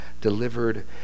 delivered